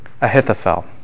Ahithophel